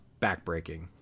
backbreaking